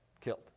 killed